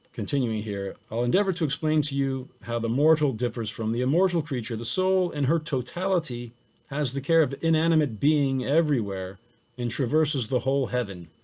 continuing here, i'll endeavor to explain to you how the mortal differs from the emotional creature, the soul in her totality has the care of inanimate being everywhere and traverses the whole heaven,